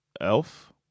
Elf